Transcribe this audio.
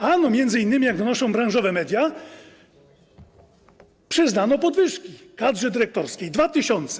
Ano m.in., jak donoszą branżowe media, przyznano podwyżki kadrze dyrektorskiej - 2 tys.